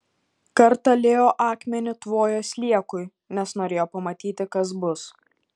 kartą leo akmeniu tvojo sliekui nes norėjo pamatyti kas bus